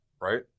right